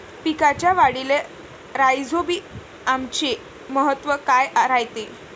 पिकाच्या वाढीले राईझोबीआमचे महत्व काय रायते?